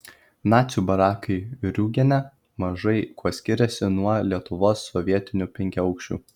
nacių barakai riūgene mažai kuo skiriasi nuo lietuvos sovietinių penkiaaukščių